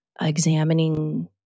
examining